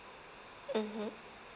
mmhmm